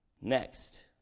Next